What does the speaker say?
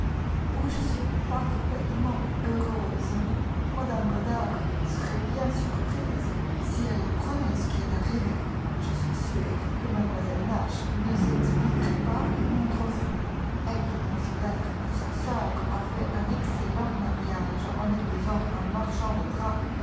où je suis parfaitement heureuse mme goddard serait bien surprise si elle apprenait ce qui est arrivé je suis sûre que mlle nash ne s'expliquerait pas mon refus elle qui considère que sa sœur a fait un excellent mariage en épousant un marchand de drap